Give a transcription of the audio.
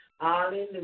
Hallelujah